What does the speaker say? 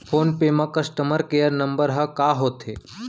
Phone पे म customer care number ह का होथे?